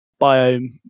biome